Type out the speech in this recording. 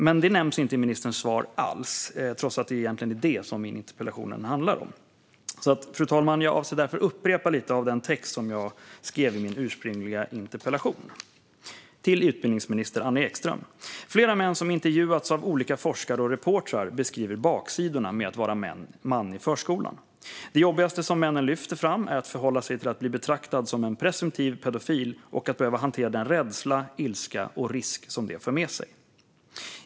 Men det nämns inte i ministerns svar alls, trots att det är det som min interpellation egentligen handlar om. Fru talman! Jag avser därför upprepa delar av den text jag skrev i min ursprungliga interpellation: Till utbildningsminister Anna Ekström. Flera män som intervjuats av olika forskare och reportrar beskriver baksidorna med att vara man i förskolan. Det jobbigaste som männen lyfter fram är att förhålla sig till att bli betraktad som en presumtiv pedofil och att behöva hantera den rädsla, ilska och risk som det för med sig.